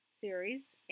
series